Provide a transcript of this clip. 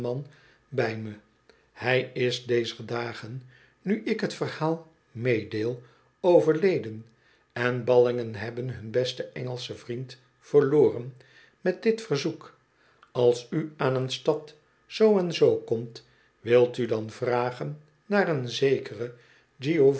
bij me hij is dezer dagen nu ik t verhaal meedeel overleden en ballingen hebben hun besten engelschen vriend verloren met dit verzoek als u aan een stad zoo en zoo komt wilt u dan vragen naar een zekeren